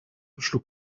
schlug